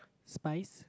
spize